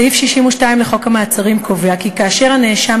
סעיף 62 לחוק המעצרים קובע כי כאשר נאשם